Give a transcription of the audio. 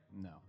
No